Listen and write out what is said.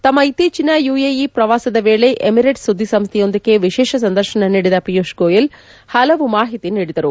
ತಮ್ನ ಇತ್ತೀಚಿನ ಯುಎಇ ಪ್ರವಾಸದ ವೇಳೆ ಎಮಿರೇಟ್ಸ್ ಸುದ್ದಿಸಂಸ್ವೆಯೊಂದಕ್ಕೆ ವಿಶೇಷ ಸಂದರ್ತನ ನೀಡಿದ ಪಿಯೂಷ್ ಗೋಯಲ್ ಹಲವು ಮಾಹಿತಿ ನೀಡಿದರು